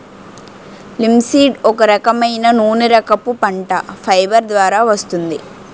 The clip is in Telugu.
లింసీడ్ ఒక రకమైన నూనెరకపు పంట, ఫైబర్ ద్వారా వస్తుంది